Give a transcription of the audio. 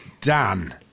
dan